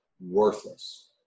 worthless